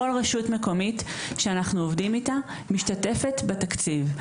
כל רשות מקומית שאנחנו עובדים איתה משתתפת בתקציב.